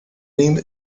lin